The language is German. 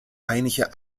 einige